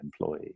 employee